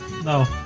No